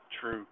true